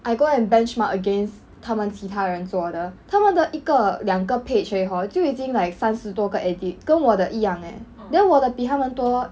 I go and benchmark against 他们其他人做的他们的一个两个 page 而已 hor 就已经 like 三十多个 edit 跟我的一样 eh then 我的比他们多